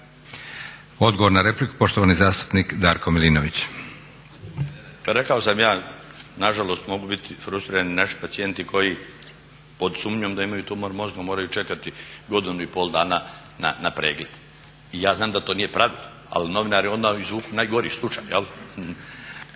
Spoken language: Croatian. Odgovor na repliku, poštovani zastupnik Darko Milinović. **Milinović, Darko (HDZ)** Pa rekao sam ja, na žalost mogu biti frustrirani naši pacijenti koji pod sumnjom da imaju tumor na mozgu moraju čekati godinu i pol dana na pregled. I ja znam da to nije pravedno, ali novinari odmah izvuku najgori slučaj.